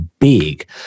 big